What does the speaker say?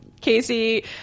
Casey